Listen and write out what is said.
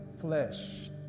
flesh